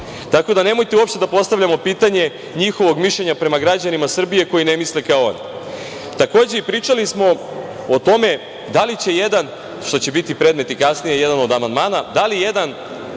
Tako da, nemojte uopšte da postavljamo pitanje njihovog mišljenja prema građanima Srbije koji ne misle kao oni. Takođe, pričali smo o tome da li jedan, što će biti predmet i kasnije jednog od amandmana, glasač